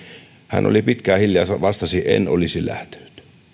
hän oli pitkään hiljaa ja vastasi en olisi lähtenyt